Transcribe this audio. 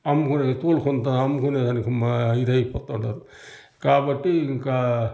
అమ్ము అమ్ముకునేదానికి ఇదై పోతావున్నారు కాబట్టి ఇంకా